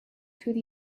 through